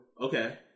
Okay